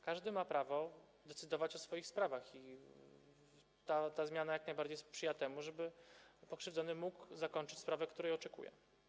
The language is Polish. Każdy ma prawo decydować o swoich sprawach i ta zmiana jak najbardziej sprzyja temu, żeby pokrzywdzony mógł zakończyć sprawę, jeśli tego oczekuje.